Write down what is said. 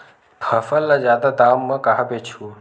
फसल ल जादा दाम म कहां बेचहु?